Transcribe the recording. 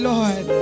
Lord